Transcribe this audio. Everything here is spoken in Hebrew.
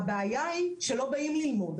הבעיה היא שלא באים ללמוד.